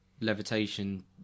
levitation